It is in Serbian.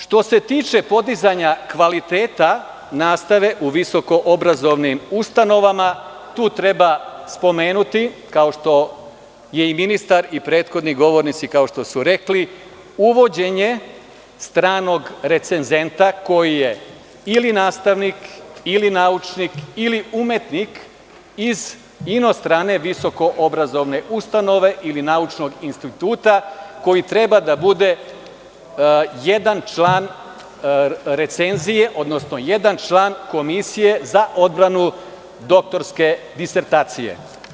Što se tiče podizanja kvaliteta nastave u visokoobrazovnim ustanovama, tu treba spomenuti, kao što je i ministar i prethodni govornici kao što su rekli uvođenje stranog recenzenta koji je ili nastavnik, ili naučnik, ili umetnik iz inostrane visokoobrazovne ustanove ili naučnog instituta, koji treba da bude jedan član recenzije, odnosno jedan član komisije za odbranu doktorske disertacije.